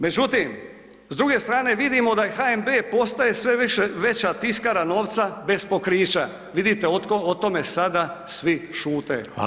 Međutim, s druge strane vidimo da HNB postaje sve veća tiskara novca bez pokrića, vidite o tome sada svi šute.